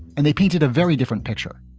and they painted a very different picture